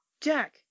Jack